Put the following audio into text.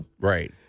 Right